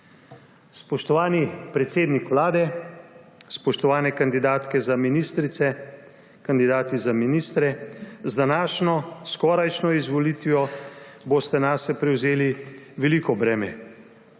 Spoštovani predsednik Vlade, spoštovani kandidatke za ministrice, kandidati za ministre, z današnjo skorajšnjo izvolitvijo boste nase prevzeli veliko breme